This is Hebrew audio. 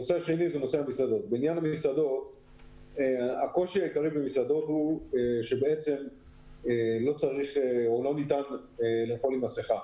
נושא שני הוא המסעדות: הקושי העיקרי הוא שלא ניתן לאכול עם מסכה,